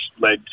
led